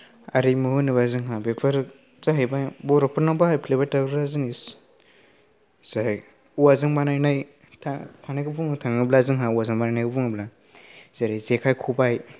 आरिमु होनोबा जोंहा बेफोर जाहैबाय बर'फोरनाव बाहायबाय थाग्रा जिनिस जाय औवाजों बानायनाय दा थानायखौ बुंनो थाङोब्ला जोंहा औवाजों बानायनाय जेरै जेखाय खबाइ